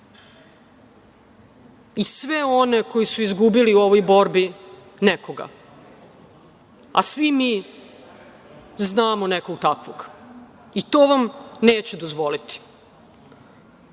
i sve one koji su izgubili u ovoj borbi nekoga, a svi mi znamo nekoga takvog. I, to vam neću dozvoliti. Još